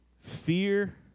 Fear